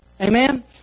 Amen